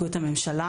הממשלה.